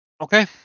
Okay